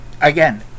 Again